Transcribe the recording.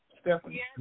Stephanie